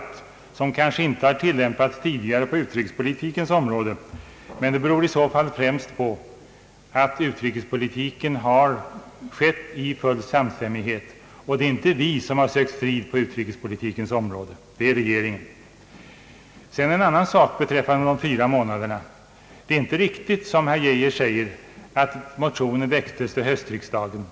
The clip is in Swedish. Den har kanske inte tidigare tillämpats på utrikespolitikens område, men det beror i så fall främst på att utrikespolitiken har bedrivits i full samstämmighet. Det är inte vi som sökt strid på utrikespolitikens område — det är regeringen. Beträffande herr Geijers uttalande om den korta tidrymden mellan motionerna vill jag framhålla att det inte är riktigt att den förra motionen väcktes vid höstriksdagen.